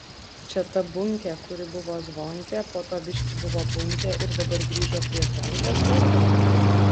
čia ta bunkė kuri buvo zvonkė po to biškį buvo bunkė ir dabar grįžo prie zvonkės vardo